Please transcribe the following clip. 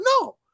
no